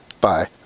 Bye